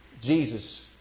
Jesus